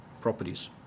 properties